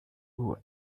will